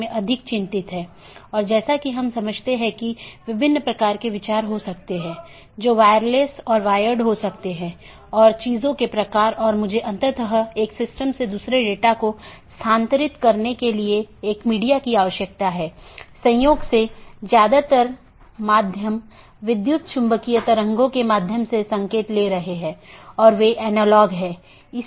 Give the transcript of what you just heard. यदि आप पिछले लेक्चरों को याद करें तो हमने दो चीजों पर चर्चा की थी एक इंटीरियर राउटिंग प्रोटोकॉल जो ऑटॉनमस सिस्टमों के भीतर हैं और दूसरा बाहरी राउटिंग प्रोटोकॉल जो दो या उससे अधिक ऑटॉनमस सिस्टमो के बीच है